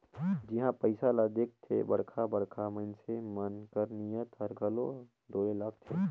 जिहां पइसा ल देखथे बड़खा बड़खा मइनसे मन कर नीयत हर घलो डोले लगथे